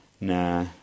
nah